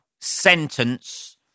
sentence